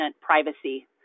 privacy